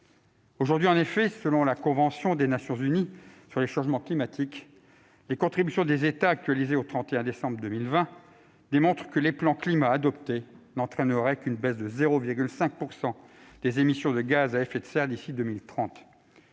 Aux termes de la Convention-cadre des Nations Unies sur les changements climatiques, les contributions des États, actualisées au 31 décembre 2020, démontrent que les plans Climat adoptés n'entraîneraient qu'une baisse de 0,5 % des émissions de gaz à effet de serre d'ici à 2030.